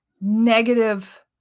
negative